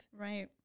Right